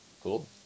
Cool